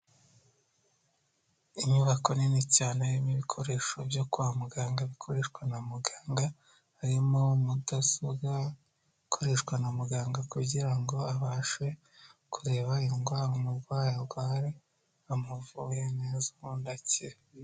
Inyubako nini cyane irimo ibikoresho byo kwa muganga bikoreshwa na muganga harimo mudasobwa ikoreshwa na muganga kugira ngo abashe kureba indwara umurwayi arwaye amuvure neza ubundi akire.